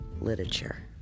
Literature